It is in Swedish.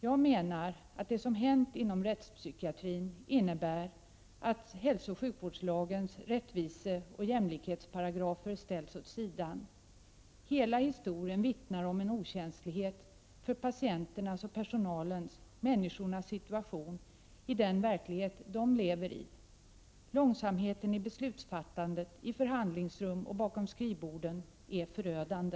Jag menar att det som har hänt inom rättspsykiatrin innebär att hälsooch sjukvårdslagens rättviseoch jämlikhetsparagrafer ställts åt sidan. Hela historien vittnar om en okänslighet för patienternas och personalens, människornas, situation i den verklighet de lever i. Långsamheten i beslutsfattandet i förhandlingsrum och bakom skrivborden är förödande.